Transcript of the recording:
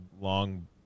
long